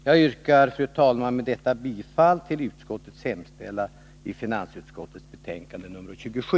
Jag yrkar, fru talman, med det anförda bifall till finansutskottets hemställan i dess betänkande nr 27.